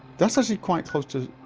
that's actually quite close to